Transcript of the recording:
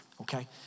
Okay